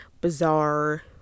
bizarre